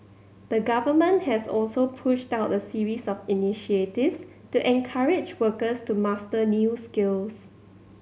the Government has also pushed out a series of initiatives to encourage workers to master new skills